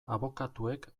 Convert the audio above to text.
abokatuek